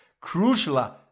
crucial